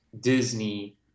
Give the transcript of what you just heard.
Disney